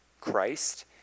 Christ